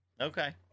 Okay